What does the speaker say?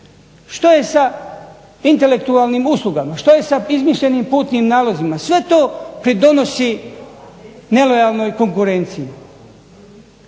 Što je sa intelektualnim uslugama? Što je sa izmišljenim putnim nalozima? Sve to pridonosi nelojalnoj konkurenciji.